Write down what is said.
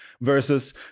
versus